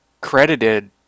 credited